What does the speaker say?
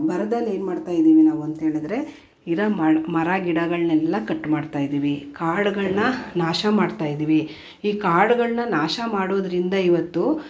ಭರದಲ್ಲಿ ಏನು ಮಾಡ್ತಾಯಿದೀವಿ ನಾವು ಅಂತ್ಹೇಳಿದ್ರೆ ಇರೋ ಮರಗಿಡಗಳನ್ನೆಲ್ಲ ಕಟ್ ಮಾಡ್ತಾಯಿದೀವಿ ಕಾಡುಗಳನ್ನು ನಾಶ ಮಾಡ್ತಾಯಿದೀವಿ ಈ ಕಾಡುಗಳನ್ನು ನಾಶ ಮಾಡೋದರಿಂದ ಇವತ್ತು